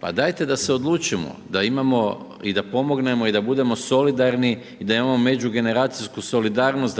Pa dajte da se odlučimo da imamo i da pomognemo i da budemo solidarni i da imamo međugeneracijsku solidarnost